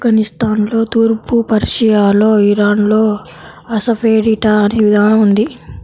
ఆఫ్ఘనిస్తాన్లో, తూర్పు పర్షియాలో, ఇరాన్లో అసఫెటిడా అనే విధానం ఉంది